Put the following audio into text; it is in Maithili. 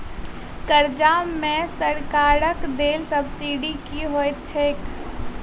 कर्जा मे सरकारक देल सब्सिडी की होइत छैक?